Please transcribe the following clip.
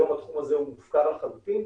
היום התחום הזה מופקר לחלוטין.